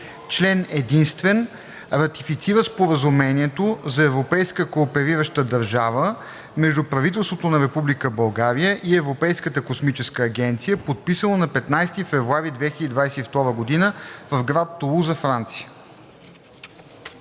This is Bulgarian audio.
Член единствен. Ратифицира Споразумението за европейска кооперираща държава между правителството на Република България и Европейската космическа агенция, подписано на 15 февруари 2022 г. в град Тулуза, Франция.